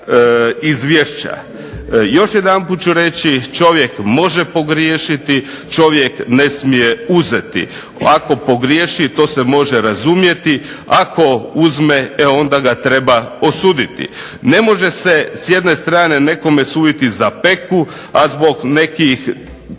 Izvješća. Još jedanput ću reći čovjek može pogriješiti, čovjek ne smije uzeti. Ako pogriješi to se može razumjeti, e ako uzme onda ga treba osuditi. Ne može se s jedne strane nekome suditi za Peku a zbog nekih